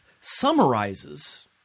summarizes